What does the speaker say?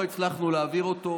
לא הצלחנו להעביר אותו.